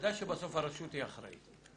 בוודאי שבסוף הרשות היא האחראית.